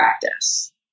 practice